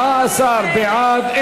14 בעד.